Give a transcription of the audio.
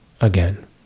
again